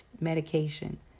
medication